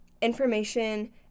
information